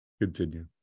Continue